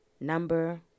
Number